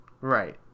right